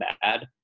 bad